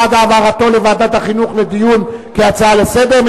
בעד העברתו לוועדת החינוך לדיון כהצעה לסדר-היום,